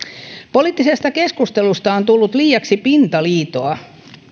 poliittisesta keskustelusta on tullut liiaksi pintaliitoa